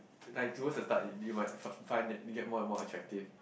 like towards the type that you might find find that it get more and more attractive